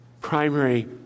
primary